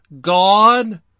God